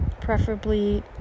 preferably